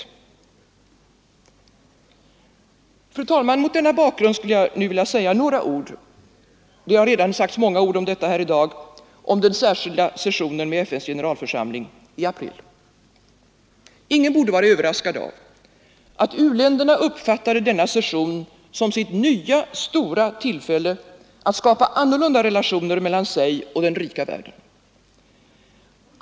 Fru talman! Mot denna bakgrund skulle jag nu vilja säga några ord — det har redan sagts många ord om detta i dag — om den särskilda sessionen med FN:s generalförsamling i april. Ingen borde vara överraskad av att u-länderna uppfattat denna session som sitt nya stora tillfälle att skapa annorlunda relationer mellan sig och den rika världen.